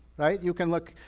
right? you can look,